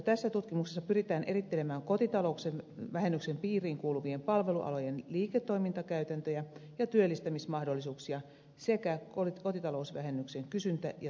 tässä tutkimuksessa pyritään erittelemään kotitalousvähennyksen piiriin kuuluvien palvelualojen liiketoimintakäytäntöjä ja työllistämismahdollisuuksia sekä kotitalousvähennyksen kysyntä ja työllisyysvaikutuksia